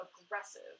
aggressive